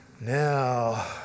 Now